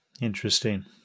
Interesting